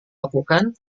lakukan